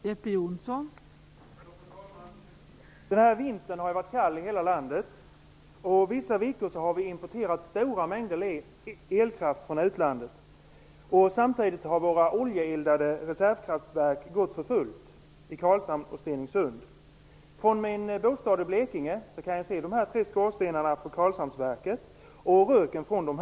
Fru talman! Den här vintern har varit kall i hela landet. Vissa veckor har vi importerat stora mängder elkraft från utlandet. Samtidigt har våra oljeeldade reservkraftverk gått för fullt i Karlshamn och Stenungsund. Från min bostad i Blekinge kan jag se de tre skorstenarna på Karlshamnsverket och röken från dem.